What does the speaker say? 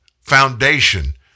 foundation